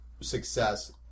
success